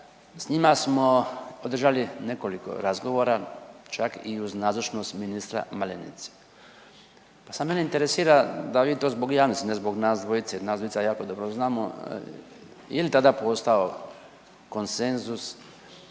Sa njima smo održali nekoliko razgovora čak i uz nazočnost ministra Malenice. Pa sad mene interesira da li vi to zbog javnosti, ne zbog nas dvojice, nas dvojica jako dobro znamo je li tada postojao konsenzus